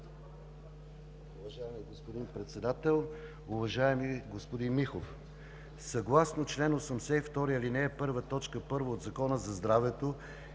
Уважаеми господин Председател! Уважаеми господин Михов, съгласно чл. 82, ал. 1, т. 1 от Закона за здравето,